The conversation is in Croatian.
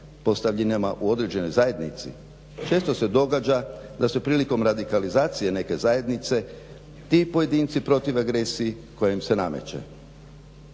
postavljenima u određenoj zajednici, često se događa da se prilikom radikalizacije neke zajednice ti pojedinci protive agresiji koja im se nameće.